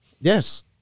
Yes